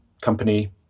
company